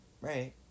right